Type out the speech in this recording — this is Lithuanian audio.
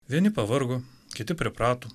vieni pavargo kiti priprato